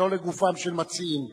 ולא לגופם של מציעים.